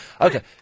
Okay